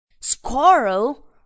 Squirrel